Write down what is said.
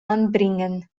anbringen